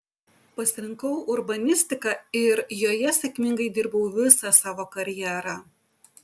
pasirinkau urbanistiką ir joje sėkmingai dirbau visą savo karjerą